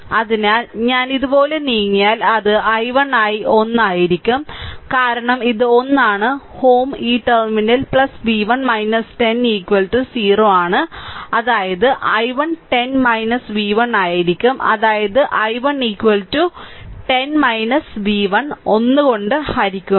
അതിനാൽ ഞാൻ ഇതുപോലെ നീങ്ങിയാൽ അത് i1 ആയി 1 ആയിരിക്കും കാരണം ഇത് ഒന്നാണ് Ω ഈ ടെർമിനൽ v1 10 0 അതായത് i1 10 v1 ആയിരിക്കും അതായത് i1 10 v1 1 കൊണ്ട് ഹരിക്കുന്നു